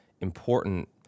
important